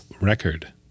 record